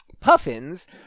Puffins